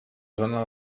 zona